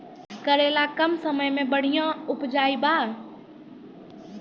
करेला कम समय मे बढ़िया उपजाई बा?